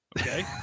Okay